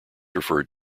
referred